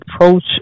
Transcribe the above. approach